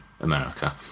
America